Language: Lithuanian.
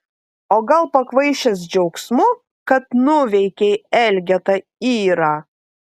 o gal pakvaišęs džiaugsmu kad nuveikei elgetą irą